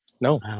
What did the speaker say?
no